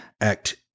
Act